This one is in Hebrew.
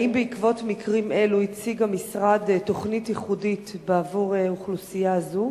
האם בעקבות מקרים אלו הציג המשרד תוכנית ייחודית עבור אוכלוסייה זו?